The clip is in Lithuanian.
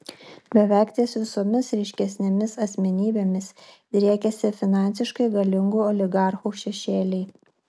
beveik ties visomis ryškesnėmis asmenybėmis driekiasi finansiškai galingų oligarchų šešėliai